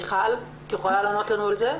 מיכל, את יכולה לענות על זה?